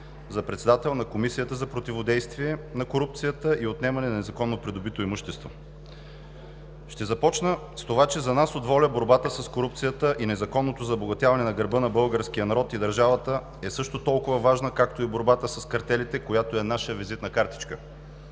за председател на Комисията за противодействие на корупция и отнемане на незаконно придобито имущество. Ще започна с това, че за нас от ВОЛЯ борбата с корупцията и незаконното забогатяване на гърба на българския народ и държавата е също толкова важна, както и борбата с картелите, която е наша визитна картичка.